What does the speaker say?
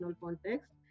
context